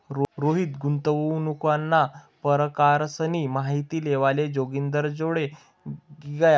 रोहित गुंतवणूकना परकारसनी माहिती लेवाले जोगिंदरजोडे गया